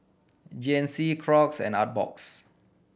G N C Crocs and Artbox